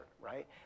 right